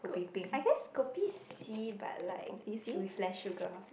ko~ I guess Kopi C but like with less sugar